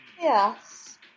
Yes